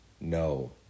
No